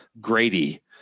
Grady